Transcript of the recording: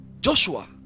Joshua